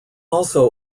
also